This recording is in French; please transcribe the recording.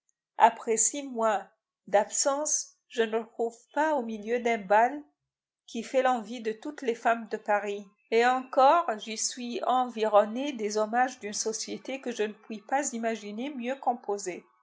six mois d'absence je ne le trouve pas au milieu d'un bal qui fait l'envie de toutes les femmes de paris et encore j'y suis environnée des hommages d'une société que je ne puis pas imaginer mieux composée